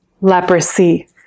leprosy